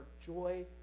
joy